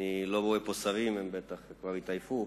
אני לא רואה פה שרים, הם בטח כבר התעייפו,